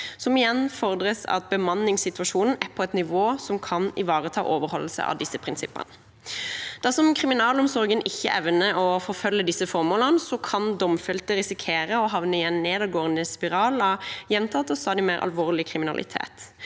fordrer at bemanningssituasjonen er på et nivå som kan ivareta overholdelse av disse prinsippene. Dersom kriminalomsorgen ikke evner å forfølge disse formålene, kan domfelte risikere å havne i en nedadgående spiral av gjentagende og stadig mer alvorlig krimi nalitet.